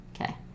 Okay